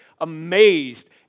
amazed